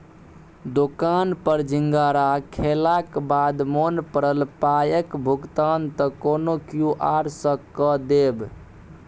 दोकान पर सिंघाड़ा खेलाक बाद मोन पड़ल पायक भुगतान त कोनो क्यु.आर सँ कए देब